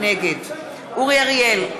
נגד אורי אריאל,